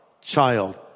child